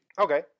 Okay